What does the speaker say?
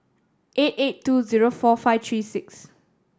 eight eight two zero four five three six